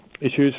issues